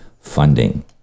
funding